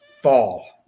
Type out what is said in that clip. fall